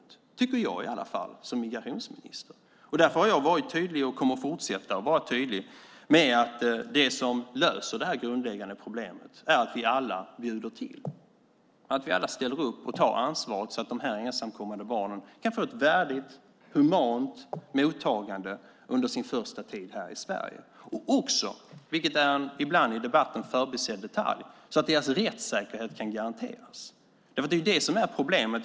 Det tycker jag i alla fall som migrationsminister. Därför har jag varit tydlig och kommer att fortsätta att vara tydlig med att det som löser det här grundläggande problemet är att vi alla bjuder till, att vi alla ställer upp och tar ansvaret så att de ensamkommande barnen kan få ett värdigt, humant mottagande under sin första tid här i Sverige. En ibland i debatten förbisedd detalj är att deras rättssäkerhet ska kunna garanteras. Det är det som är problemet.